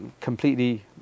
completely